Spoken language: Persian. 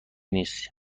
نیست